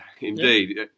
indeed